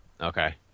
okay